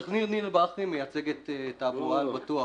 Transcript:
עו"ד ניר בכרי, מייצג את תעבורה על בטוח,